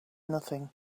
nothing